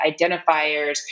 identifiers